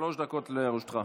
שלוש דקות לרשותך.